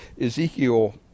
Ezekiel